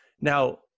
now